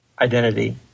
identity